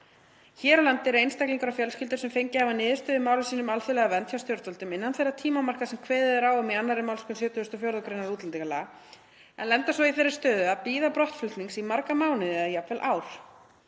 Hér á landi eru einstaklingar og fjölskyldur sem fengið hafa niðurstöðu í máli sínu um alþjóðlega vernd hjá stjórnvöldum innan þeirra tímamarka sem kveðið er á um í 2. mgr. 74. gr. útl. en lenda svo í þeirri stöðu að bíða brottflutnings í marga mánuði eða jafnvel ár.